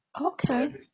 okay